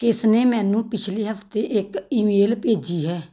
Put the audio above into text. ਕਿਸ ਨੇ ਮੈਨੂੰ ਪਿਛਲੇ ਹਫ਼ਤੇ ਇੱਕ ਈਮੇਲ ਭੇਜੀ ਹੈ